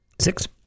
Six